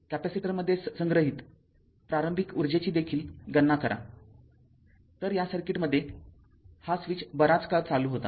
कॅपेसिटरमध्ये संग्रहित प्रारंभिक ऊर्जेची देखील गणना करा तर या सर्किटमध्ये हा स्विच बराच काळ चालू होता